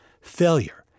Failure